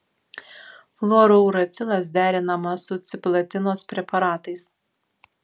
fluorouracilas derinamas su cisplatinos preparatais